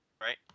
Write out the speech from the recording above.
right